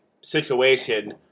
situation